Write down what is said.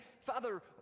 Father